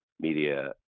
media